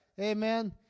Amen